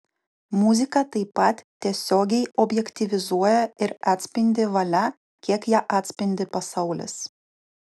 muzika taip pat tiesiogiai objektyvizuoja ir atspindi valią kiek ją atspindi pasaulis